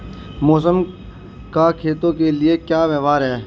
मौसम का खेतों के लिये क्या व्यवहार है?